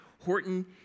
Horton